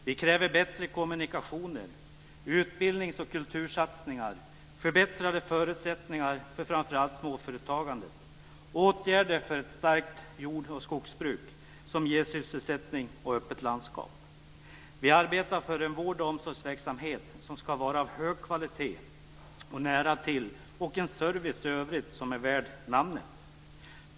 Vi kräver bättre kommunikationer, utbildnings och kultursatsningar, förbättrade förutsättningar för framför allt småföretagandet och åtgärder för ett starkt jord och skogsbruk som ger sysselsättning och öppet landskap. Vi arbetar för en vårdoch omsorgsverksamhet som ska vara av hög kvalitet och ligga nära till och för en service i övrigt som är värd namnet.